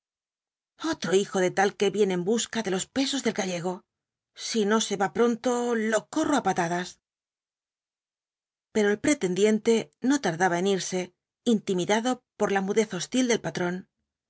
otro hijo de tal que viene en busca de los pesos del gallego si no se va pronto lo corro á patadas pero el pretendiente no tardaba en irse intimidado por la mudez hostil del patrón